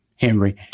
Henry